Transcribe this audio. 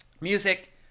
music